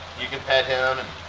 you can pet him and